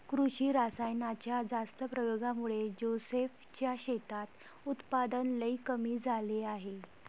कृषी रासायनाच्या जास्त प्रयोगामुळे जोसेफ च्या शेतात उत्पादन लई कमी झाले आहे